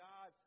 God